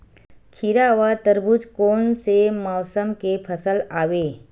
खीरा व तरबुज कोन से मौसम के फसल आवेय?